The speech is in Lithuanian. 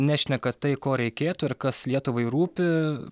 nešneka tai ko reikėtų ir kas lietuvai rūpi